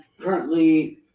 currently